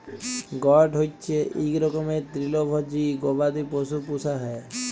goat হচ্যে ইক রকমের তৃলভজী গবাদি পশু পূষা হ্যয়